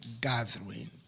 gathering